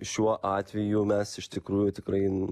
šiuo atveju mes iš tikrųjų tikrai